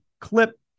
clip